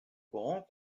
grand